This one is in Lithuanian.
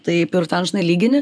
taip ir ten žinai lygini